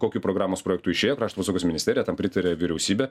kokiu programos projektu išėjo krašto apsaugos ministerija tam pritarė vyriausybė